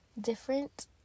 different